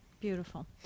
Beautiful